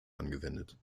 angewendet